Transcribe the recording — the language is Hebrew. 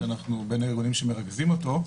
שאנחנו בין הארגונים שמרכזים אותו.